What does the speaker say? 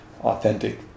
authentic